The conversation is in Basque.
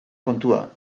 kontua